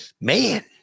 man